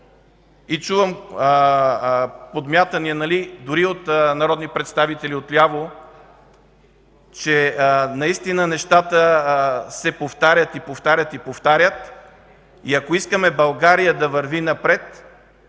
и чувам подмятания дори от народни представители отляво, че наистина нещата се повтарят и повтарят, и повтарят, и ако искаме България да върви напред,